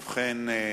ובכן,